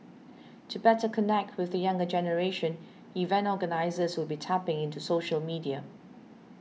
to better connect with the younger generation event organisers will be tapping into social media